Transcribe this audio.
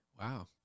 Wow